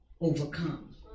overcome